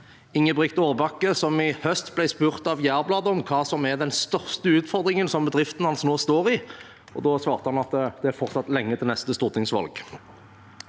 Inge Brigt Aarbakke som i høst ble spurt av Jærbladet om hva som er den største utfordringen bedriften hans nå står i. Da svarte han: «At det er lenge til neste stortingsval.»